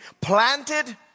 Planted